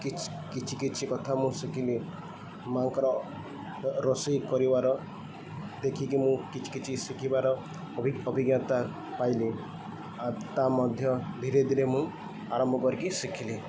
କିଛି କିଛି କିଛି କଥା ମୁଁ ଶିଖିଲି ମାଆଙ୍କର ରୋଷେଇ କରିବାର ଦେଖିକି ମୁଁ କିଛି କିଛି ଶିଖିବାର ଅଭି ଅଭିଜ୍ଞତା ପାଇଲି ଆଉ ତା ମଧ୍ୟ ଧୀରେ ଧୀରେ ମୁଁ ଆରମ୍ଭ କରିକି ଶିଖିଲି